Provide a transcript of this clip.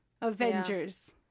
Avengers